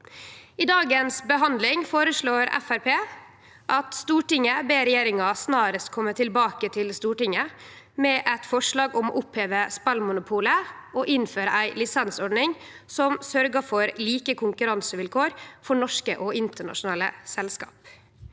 I dagens behandling føreslår Framstegspartiet følgjande: «Stortinget ber regjeringen snarest komme tilbake til Stortinget med et forslag om å oppheve spillmonopolet og innføre en lisensordning som sørger for like konkurransevilkår for norske og internasjonale spillselskap.»